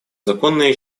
законные